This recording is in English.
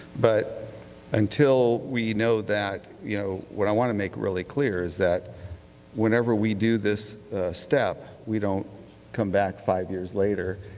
but until we know that, you know what i want to make really clear is that whenever we do this step, we don't come back five years later,